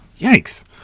yikes